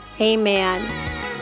Amen